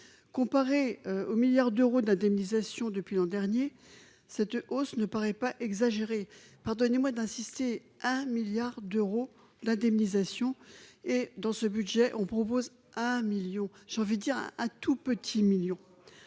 comparé aux milliards d'euros de la Damned station depuis l'an dernier, cette hausse ne paraît pas exagéré, pardonnez-moi d'insister : un milliard d'euros d'indemnisation et dans ce budget, on propose un million j'ai envie dire un tout petit millions